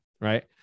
right